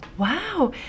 Wow